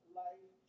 life